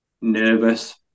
nervous